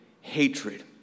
hatred